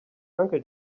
uncle